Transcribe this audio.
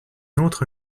autre